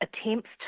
attempts